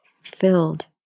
filled